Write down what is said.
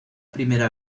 primera